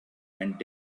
and